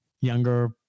younger